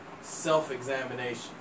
self-examination